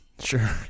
Sure